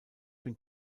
been